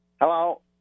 Hello